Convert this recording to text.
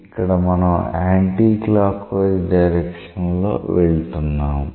ఇక్కడ మనం anticlockwise direction లో వెళ్తున్నాము